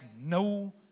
no